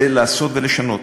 זה לעשות ולשנות,